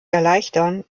erleichtern